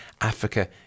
Africa